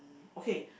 okay